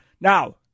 Now